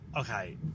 Okay